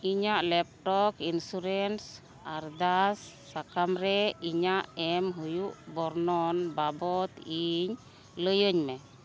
ᱤᱧᱟᱹᱜ laptop insurance ᱟᱨᱫᱟᱥ ᱥᱟᱠᱟᱢᱨᱮ ᱤᱧᱟᱹᱜ ᱮᱢ ᱦᱩᱭᱩᱜ ᱵᱚᱨᱱᱚᱱ ᱵᱟᱵᱚᱫ ᱤᱧ ᱞᱟᱹᱭᱟᱹᱧᱢᱮ